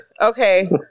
Okay